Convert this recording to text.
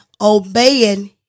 obeying